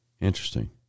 Interesting